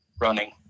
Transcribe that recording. running